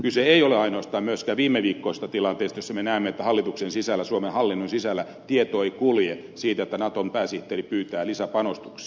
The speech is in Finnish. kyse ei ole ainoastaan myöskään viimeviikkoisesta tilanteesta jossa me näemme että hallituksen sisällä suomen hallinnon sisällä tieto ei kulje siitä että naton pääsihteeri pyytää lisäpanostuksia